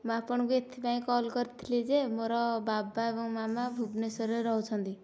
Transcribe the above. ମୁଁ ଆପଣଙ୍କୁ ଏଥିପାଇଁ କଲ୍ କରିଥିଲି ଯେ ମୋର ବାବା ଓ ମାମା ଭୁବନେଶ୍ୱରରେ ରହୁଛନ୍ତି